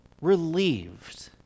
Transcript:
relieved